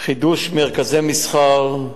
חידוש מרכזי מסחר,